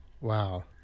Wow